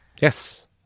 Yes